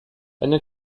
eine